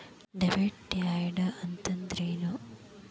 Debit date ಅಂತಂದ್ರೇನು?